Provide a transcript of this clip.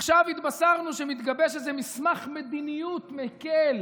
עכשיו התבשרנו שמתגבש איזה מסמך מדיניות מקל